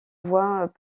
voient